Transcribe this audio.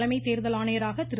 தலைமை தேர்தல் ஆணையராக திரு